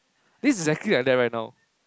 this is exactly like that right now